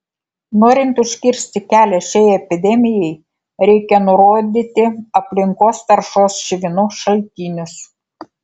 norint užkirsti kelią šiai epidemijai reikia nurodyti aplinkos taršos švinu šaltinius